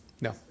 No